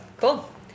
Cool